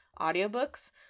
audiobooks